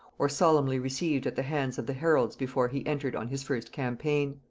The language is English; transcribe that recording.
or solemnly received at the hands of the heralds before he entered on his first campaign.